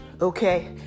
okay